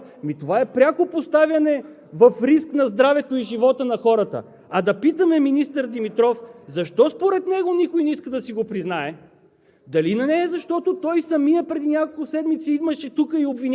Но никой не иска да си го признае, защото, видите ли, се притесняват. Ами, това е пряко поставяне в риск на здравето и живота на хората! А да питаме министър Димитров – защо според него никой не иска да си го признае: